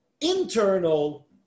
internal